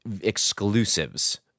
exclusives